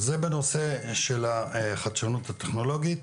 זה בנושא של חדשנות וטכנולוגיה.